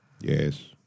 Yes